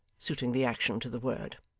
suiting the action to the word.